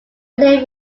live